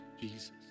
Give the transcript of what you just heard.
Jesus